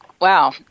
wow